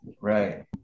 Right